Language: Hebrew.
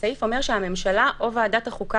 הסעיף אומר שהממשלה או ועדת החוקה